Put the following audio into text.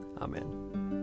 Amen